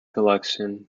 collection